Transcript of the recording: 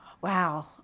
Wow